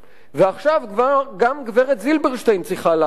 ועכשיו גם גברת זילברשטיין צריכה לעזוב.